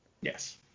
Yes